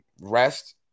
rest